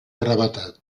gravetat